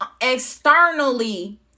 externally